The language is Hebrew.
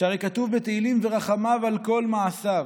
שהרי כתוב בתהילים "ורחמיו על כל מעשיו".